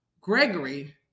Gregory